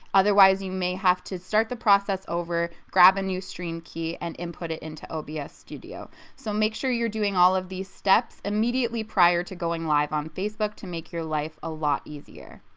otherwise you may have to start the process over grab a new stream key and input it into obs studio so make sure you're doing all of these steps immediately prior to going live on facebook to make your life a lot easier.